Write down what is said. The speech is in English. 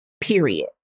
period